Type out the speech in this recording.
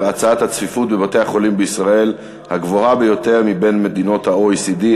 הצפיפות בבתי-החולים בישראל היא הגבוהה ביותר בקרב מדינות ה-OECD,